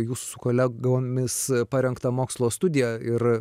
jūsų su kolegomis parengtą mokslo studiją ir